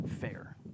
fair